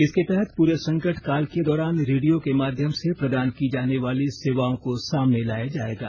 इसके तहत पूरे संकट काल के दौरान रेडियो के माध्यम से प्रदान की जाने वाली सेवाओं को सामने लाया जाएगा